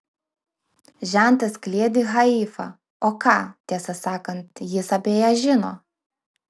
žentas kliedi haifa o ką tiesą sakant jis apie ją žino